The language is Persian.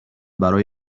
برای